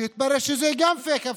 שהתברר שזה גם פייק הפחדה,